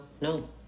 no